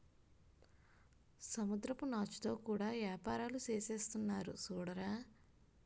సముద్రపు నాచుతో కూడా యేపారాలు సేసేస్తున్నారు సూడరా